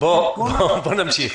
בואו נמשיך.